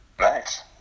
Nice